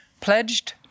pledged